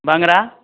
बंगरा